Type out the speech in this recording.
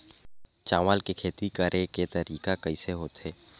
चावल के खेती करेके तरीका कइसे होथे?